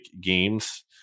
games